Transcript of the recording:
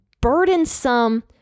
burdensome